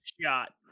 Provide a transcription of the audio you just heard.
shot